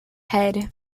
head